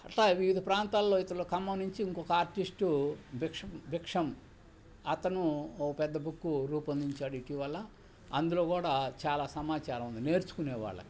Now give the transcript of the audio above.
అట్టా వివిధ ప్రాంతాల్లో ఇతల ఖమ్మం నుంచి ఇంకొక ఆర్టిస్టు బిక్షం బిక్షం అతను ఓ పెద్ద బుక్కు రూపొందించాడు ఇటీవల అందులో కూడా చాలా సమాచారం ఉంది నేర్చుకునేవాళ్ళకి